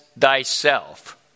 thyself